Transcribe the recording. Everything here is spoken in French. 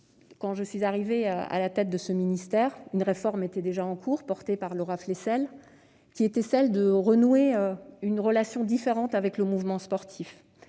je suis arrivée à la tête de ce ministère, une réforme était déjà en cours, engagée par Laura Flessel, dont l'ambition était de nouer une relation différente avec le mouvement sportif.